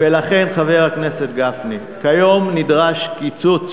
ולכן, חבר הכנסת גפני, כיום נדרש קיצוץ